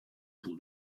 pour